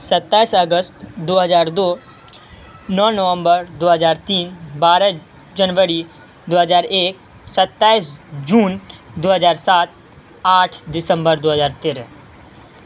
ستائیس اگست دو ہزار دو نو نومبر دو ہزار تین بارہ جنوری دو ہزار ایک ستائیس جون دو ہزار سات آٹھ دسمبر دو ہزار تیرہ